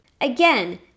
Again